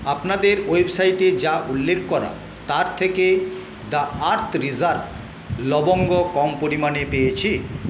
আপনাদের ওয়েবসাইটে যা উল্লেখ করা তার থেকে দ্য আর্থ রিসার্ভ লবঙ্গ কম পরিমানে পেয়েছি